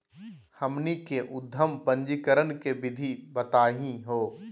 हमनी के उद्यम पंजीकरण के विधि बताही हो?